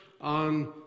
on